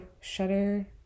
Shutter –